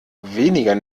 weniger